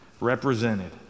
represented